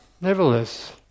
nevertheless